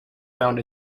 found